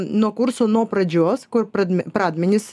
nuo kursų nuo pradžios kur pradmi pradmenys